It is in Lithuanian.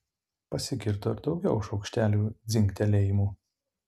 pasigirdo ir daugiau šaukštelių dzingtelėjimų